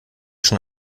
schon